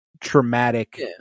traumatic